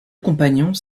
compagnons